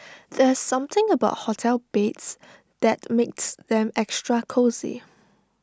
there's something about hotel beds that makes them extra cosy